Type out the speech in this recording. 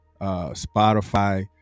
Spotify